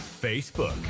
Facebook